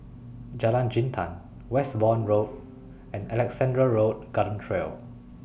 Jalan Jintan Westbourne Road and Alexandra Road Garden Trail